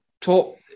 top